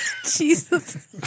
Jesus